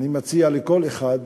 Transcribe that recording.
אני מציע לכל אחד